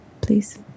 please